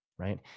Right